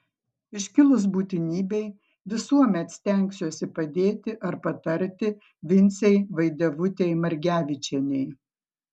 iškilus būtinybei visuomet stengsiuosi padėti ar patarti vincei vaidevutei margevičienei